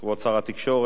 כבוד שר התקשורת,